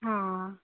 हां